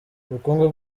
ubukungu